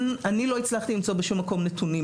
אני לא הצלחתי למצוא בשום מקום נתונים